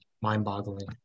mind-boggling